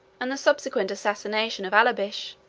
and the subsequent assassination of allobich,